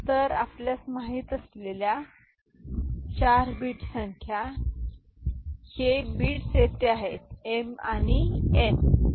तर आपल्यास माहित असलेल्या 4 बिट संख्या हे बिट्स येथे आहेत m आणि हे n आहे